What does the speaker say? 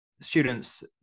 students